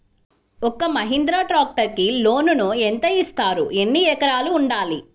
ఒక్క మహీంద్రా ట్రాక్టర్కి లోనును యెంత ఇస్తారు? ఎన్ని ఎకరాలు ఉండాలి?